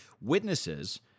Witnesses